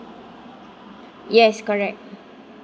yes correct